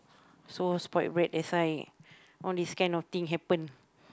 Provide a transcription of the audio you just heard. so spoiled brat that's why all this kind of thing happen